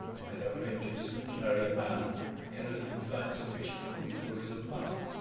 you can have no inducement to marry a man who cannot even find sufficient food for his own mouth.